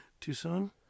Tucson